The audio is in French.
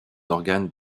organes